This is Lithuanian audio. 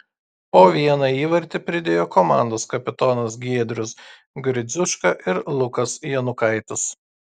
po vieną įvartį pridėjo komandos kapitonas giedrius gridziuška ir lukas janukaitis